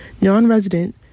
Non-resident